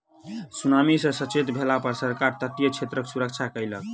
tsunami सॅ सचेत भेला पर सरकार तटीय क्षेत्रक सुरक्षा कयलक